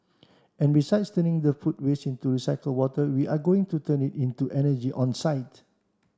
and besides turning the food waste into recycled water we are going to turn it into energy on site